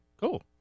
Cool